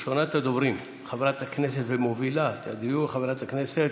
ראשונת הדוברים ומובילה את הדיון היא חברת הכנסת